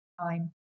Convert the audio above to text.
time